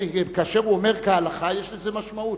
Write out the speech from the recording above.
כאשר הוא אומר "כהלכה" יש לזה משמעות.